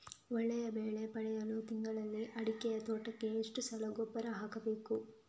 ಒಳ್ಳೆಯ ಬೆಲೆ ಪಡೆಯಲು ತಿಂಗಳಲ್ಲಿ ಅಡಿಕೆ ತೋಟಕ್ಕೆ ಎಷ್ಟು ಸಲ ಗೊಬ್ಬರ ಹಾಕಬೇಕು?